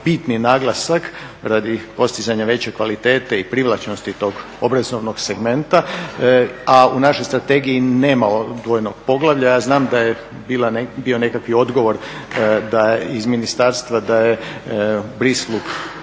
bitni naglasak radi postizanja veće kvalitete i privlačnosti tog obrazovnog segmenta, a u našoj strategiji nema odvojenog poglavlja. A znam da je bio nekakav odgovor iz ministarstva da je u